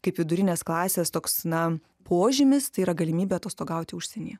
kaip vidurinės klasės toks na požymis tai yra galimybė atostogauti užsienyje